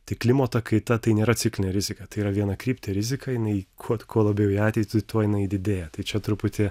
tik klimato kaita tai nėra ciklinė rizika tai yra vienakryptė rizika jinai kuo kuo labiau į ateitį tuo jinai didėja tai čia truputį